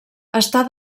està